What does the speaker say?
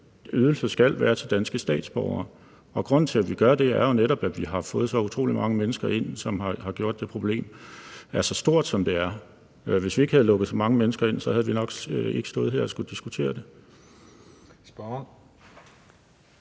at ydelserne skal være til danske statsborgere. Grunden til, at vi gør det, er jo netop, at vi har fået så utrolig mange mennesker ind, som har gjort det problem så stort, som det er. Hvis vi ikke havde lukket så mange mennesker ind, havde vi nok ikke stået her og skullet diskutere det.